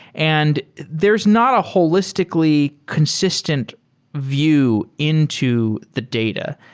and there is not a holistically consistent view into the data.